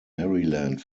maryland